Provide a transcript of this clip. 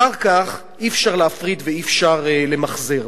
אחר כך אי-אפשר להפריד ואי-אפשר למחזר.